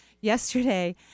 Yesterday